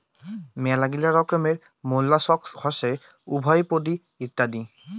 মেলাগিলা রকমের মোল্লাসক্স হসে উভরপদি ইত্যাদি